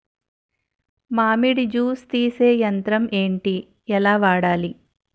మామిడి జూస్ తీసే యంత్రం ఏంటి? ఎలా వాడాలి?